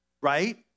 right